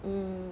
mm